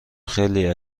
خیلی